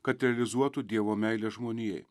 kad realizuotų dievo meilę žmonijai